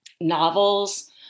novels